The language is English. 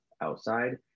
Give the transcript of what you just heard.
outside